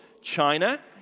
China